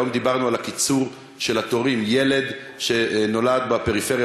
היום דיברנו על קיצור של התורים: ילד שנולד בפריפריה,